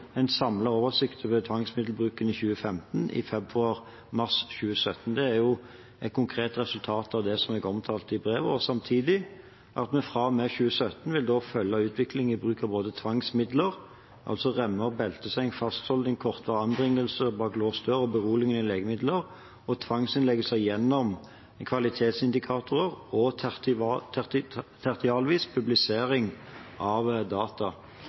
en samlet oversikt over tvangsmiddelbruken i 2015 i februar/mars 2017. Det er et konkret resultat av det jeg omtalte i brevet. Samtidig vil vi fra og med 2017 følge utviklingen i bruk av tvangsmidler – remmer, belteseng, fastholding, kortere anbringelse bak låst dør og beroligende legemidler – og tvangsinnleggelser gjennom kvalitetsindikatorer og tertialvis publisering av data.